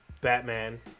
Batman